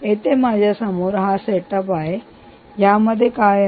इथे माझ्यासमोर हा सेटअप आहे यामध्ये काय आहे